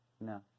No